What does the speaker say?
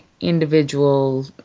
individual